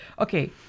okay